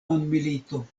mondmilito